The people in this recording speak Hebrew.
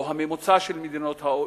או הממוצע של מדינות ה-OECD,